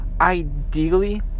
Ideally